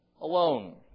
alone